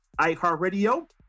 iHeartRadio